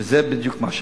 וזה בדיוק מה שהיה.